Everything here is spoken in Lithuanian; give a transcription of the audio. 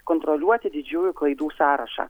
kontroliuoti didžiųjų klaidų sąrašą